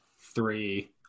three